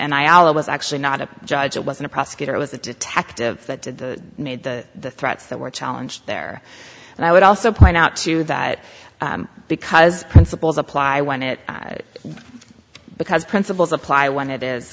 and i also was actually not a judge it wasn't a prosecutor it was the detective that did the need the threats that were challenge there and i would also point out too that because principles apply when it because principles apply when it is